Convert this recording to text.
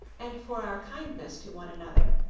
and for our kindness to one another,